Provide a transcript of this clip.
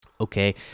Okay